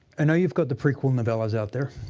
i know you've got the prequel novellas out there,